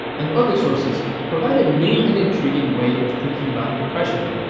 and other sources provide a new and intriguing way of thinking about depression.